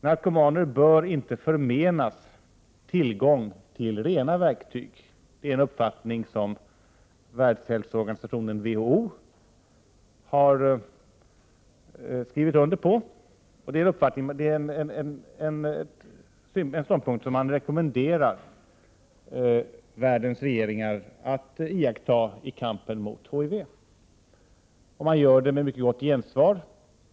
Narkomaner bör inte förmenas tillgång till rena verktyg. Det är en uppfattning Världshälsoorganisationen, WHO, har skrivit under på, och det är en ståndpunkt man rekommenderar världens regeringar att iaktta i kampen mot HIV. Man gör det också med gott gensvar.